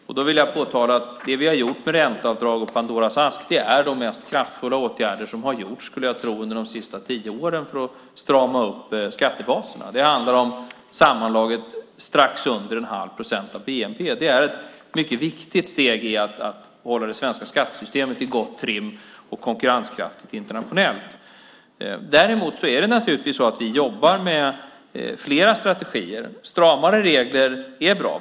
Jag vill påtala att det vi har gjort med ränteavdrag och Pandoras ask är de mest kraftfulla åtgärder som har gjorts under de senaste tio åren för att strama upp skattebaserna. Det handlar om sammantaget strax under 1⁄2 procent av bnp. Det är ett mycket viktigt steg för att hålla det svenska skattesystemet i gott trim och konkurrenskraftigt internationellt. Däremot är det naturligtvis så att vi jobbar med flera strategier. Stramare regler är bra.